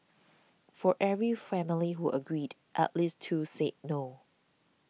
for every family who agreed at least two said no